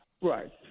Right